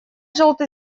желто